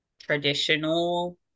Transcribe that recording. traditional